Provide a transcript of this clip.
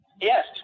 Yes